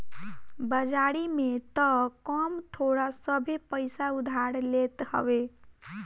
बाजारी में तअ कम थोड़ सभे पईसा उधार लेत हवे